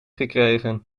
gekregen